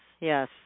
yes